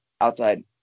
outside